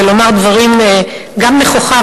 ולומר דברים גם נכוחה,